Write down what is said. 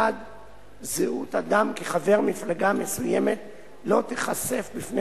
1. זהות אדם כחבר מפלגה מסוימת לא תיחשף בפני